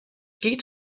geht